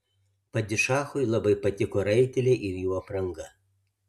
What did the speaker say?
padišachui labai patiko raiteliai ir jų apranga